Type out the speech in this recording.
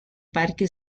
parque